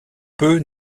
peut